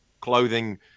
clothing